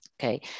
Okay